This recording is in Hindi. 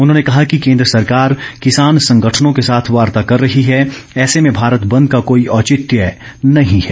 उन्होंने कहा कि केंद्र सरकार किसान संगठनों के साथ वार्तो कर रही है ऐसे में भारत बंद का कोई औचित्य नहीं है